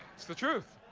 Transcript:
it's the truth.